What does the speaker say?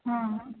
हँ हँ